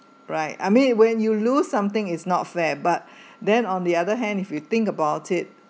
right I mean when you lose something is not fair but then on the other hand if you think about it